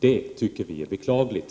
Det tycker vi är beklagligt.